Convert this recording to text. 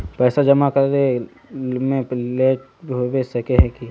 पैसा जमा करे में लेट होबे सके है की?